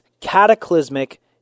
cataclysmic